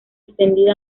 extendida